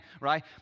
right